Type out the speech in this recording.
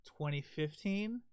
2015